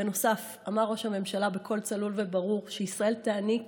בנוסף אמר ראש הממשלה בקול צלול וברור שישראל תעניק